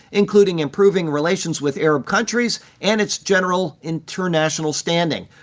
including improving relations with arab countries and its general international standing.